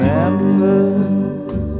Memphis